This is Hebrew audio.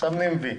מסמנים וי.